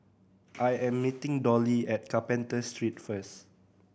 I am meeting Dolly at Carpenter Street first